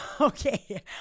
okay